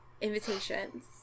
invitations